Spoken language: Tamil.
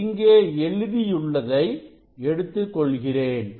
எனவே இங்கே எழுதியுள்ளதை எடுத்துக்கொள்கிறேன்